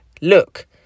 Look